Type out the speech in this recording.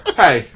hey